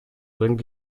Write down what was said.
bringt